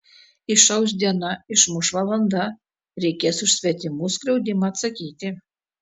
išauš diena išmuš valanda reikės už svetimų skriaudimą atsakyti